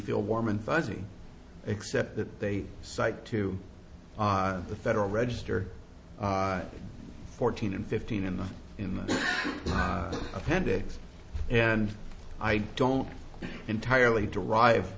feel warm and fuzzy except that they cite to the federal register fourteen and fifteen in the in the appendix and i don't entirely derive